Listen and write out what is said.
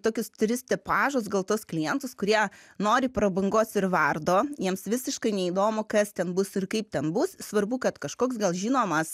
tokius tris tipažus gal tuos klientus kurie nori prabangos ir vardo jiems visiškai neįdomu kas ten bus ir kaip ten bus svarbu kad kažkoks gal žinomas